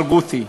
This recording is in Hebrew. ברגותי.